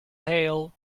hail